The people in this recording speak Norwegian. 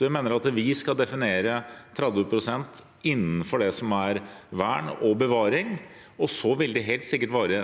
Vi mener altså at vi skal definere 30 pst. innenfor vern og bevaring. Så vil det helt sikkert være